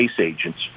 agents